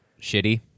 shitty